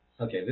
Okay